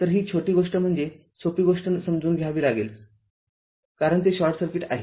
तर ही छोटी गोष्ट म्हणजे सोपी गोष्ट समजून घ्यावी लागेल कारण ते शॉर्ट सर्किट आहे